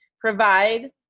provide